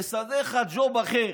נסדר לך ג'וב אחר,